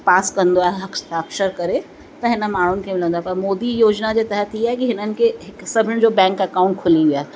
पास कंदो आहे हस्ताक्षर करे त हिन माण्हुनि खे मिलंदो आहे पर मोदी योजिना जे तहत ई आहे कि हिननि खे सभिनी जो बैंक अकाउंट खुली वियो आहे